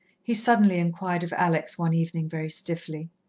he suddenly inquired of alex one evening, very stiffly.